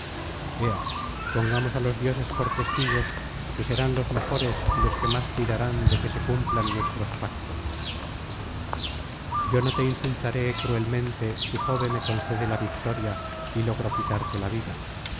ea pongamos á los dioses por testigos que serán los mejores y los que más cuidarán de que se cumplan nuestros pactos yo no te insultaré cruelmente si jove me concede la victoria y logro quitarte la vida